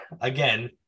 again